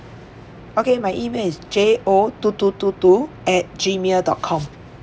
okay my email is J O two two two two at Gmail dot com